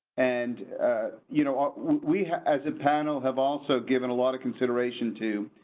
and you know um we, as a panel have also given a lot of consideration to.